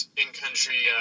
in-country